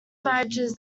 marriages